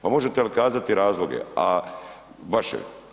Pa možete li kazati razloge vaše?